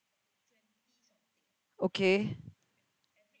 okay